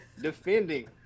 defending